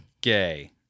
Gay